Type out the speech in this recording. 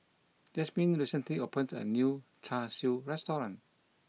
Jazmyn recently opened a new Char Siu restaurant